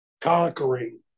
conquering